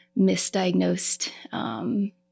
misdiagnosed